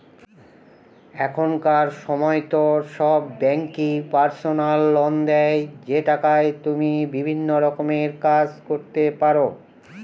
এখনকার সময়তো সব ব্যাঙ্কই পার্সোনাল লোন দেয় যে টাকায় তুমি বিভিন্ন রকমের কাজ করতে পারো